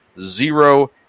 zero